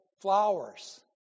Flowers